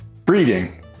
Breeding